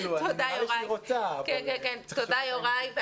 תודאי, יוראי.